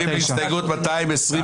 ההסתייגות הוסרה.